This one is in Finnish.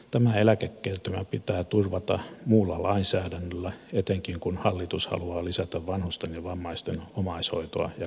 tämä eläkekertymä pitää turvata muulla lainsäädännöllä etenkin kun hallitus haluaa lisätä vanhusten ja vammaisten omaishoitoa ja kotihoitoa